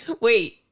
Wait